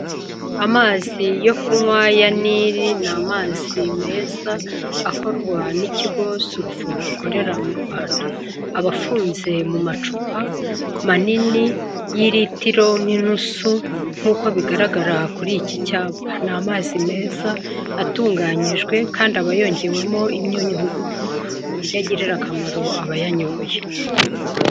Amazi yo kunywa ya Nili, ni amazi meza akorwa n'ikigo surufo gikorera mu Rwanda, aba afunze mu macupa manini y'ilitiro n'inusu nk'uko bigaragara kuri iki cyapa ni amazi meza atunganyijwe kandi aba yongewemo imyunyungugu ku buryo agirira akamaro abayanyoye.